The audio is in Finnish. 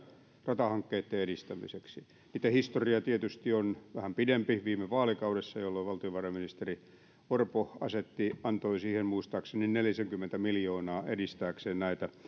ratahankkeitten edistämiseksi niitten historia tietysti on vähän pidempi viime vaalikaudessa jolloin valtiovarainministeri orpo antoi siihen muistaakseni nelisenkymmentä miljoonaa edistääkseen näitä